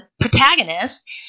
protagonist